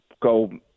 go